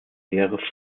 leere